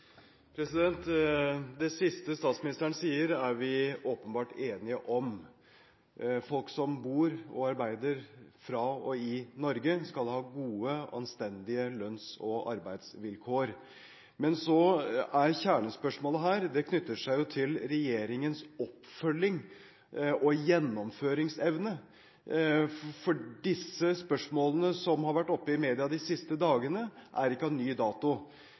Det siste statsministeren sier, er vi åpenbart enige om. Folk som bor og arbeider fra og i Norge, skal ha gode og anstendige lønns- og arbeidsvilkår. Men kjernespørsmålet knytter seg til regjeringens oppfølging og gjennomføringsevne, for disse spørsmålene som har vært oppe i media de siste dagene, er ikke av ny dato.